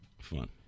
Fun